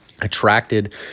attracted